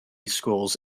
schools